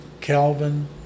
Calvin